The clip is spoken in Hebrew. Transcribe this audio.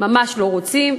ממש לא רוצים,